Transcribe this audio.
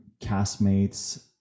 castmates